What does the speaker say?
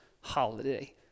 holiday